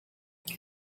can